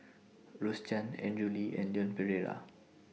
Rose Chan Andrew Lee and Leon Perera